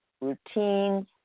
routine